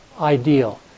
ideal